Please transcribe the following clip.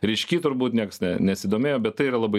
ryški turbūt nieks ne nesidomėjo bet tai yra labai